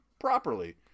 properly